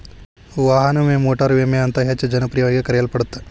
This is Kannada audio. ವಾಹನ ವಿಮೆ ಮೋಟಾರು ವಿಮೆ ಅಂತ ಹೆಚ್ಚ ಜನಪ್ರಿಯವಾಗಿ ಕರೆಯಲ್ಪಡತ್ತ